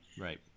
right